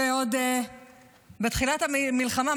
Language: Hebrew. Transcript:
שעוד בתחילת המלחמה,